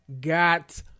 got